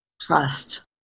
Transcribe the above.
trust